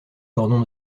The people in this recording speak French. cordons